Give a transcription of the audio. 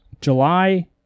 July